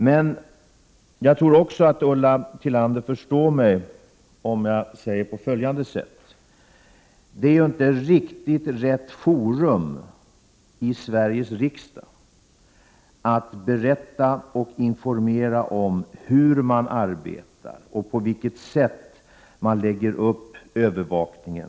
Men jag tror också att Ulla Tillander förstår mig om jag säger att Sveriges riksdag inte är rätt forum då det gäller att berätta och informera om hur man arbetar och på vilket sätt man lägger upp övervakningen.